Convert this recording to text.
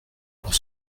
pour